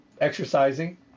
exercising